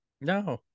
No